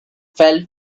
fell